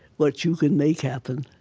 what you can make happen